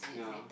yeah